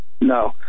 no